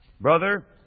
Brother